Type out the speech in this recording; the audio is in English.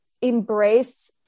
embrace